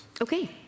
Okay